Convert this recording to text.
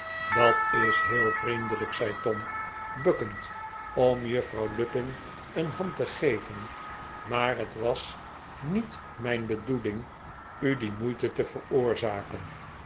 dat is heel vriendelijk zei tom bukkend om juffrouw lupin een hand te geven maar het was niet mijn bedoeling u die moeite te veroorzaken